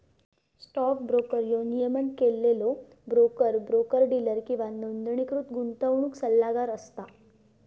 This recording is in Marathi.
स्टॉक ब्रोकर ह्यो नियमन केलेलो ब्रोकर, ब्रोकर डीलर किंवा नोंदणीकृत गुंतवणूक सल्लागार असता